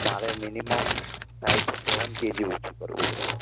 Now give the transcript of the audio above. મારે minimum five to seven KG ઓછું કરવું છે